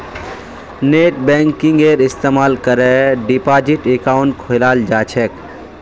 नेटबैंकिंगेर इस्तमाल करे डिपाजिट अकाउंट खोलाल जा छेक